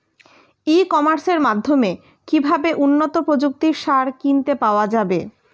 ই কমার্সের মাধ্যমে কিভাবে উন্নত প্রযুক্তির সার কিনতে পাওয়া যাবে?